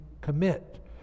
commit